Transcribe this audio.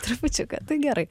trupučiuką tai gerai